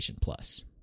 Plus